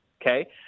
Okay